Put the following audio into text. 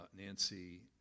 Nancy